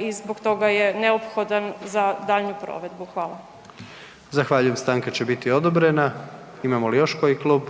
i zbog toga je neophodan za daljnju provedbu. Hvala. **Jandroković, Gordan (HDZ)** Zahvaljujem. Stanka će biti odobrena. Imamo li još koji klub?